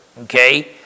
okay